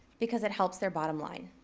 because it helps their bottom line.